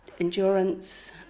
endurance